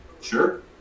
Sure